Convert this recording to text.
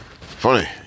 funny